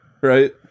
Right